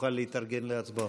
שנוכל להתארגן להצבעות.